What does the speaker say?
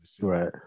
right